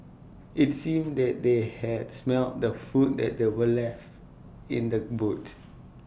IT seemed that they had smelt the food that were left in the boot